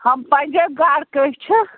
ہُم پنٛجٲبۍ گاڑٕ کٔہۍ چھِ